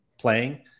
playing